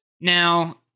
Now